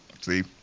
See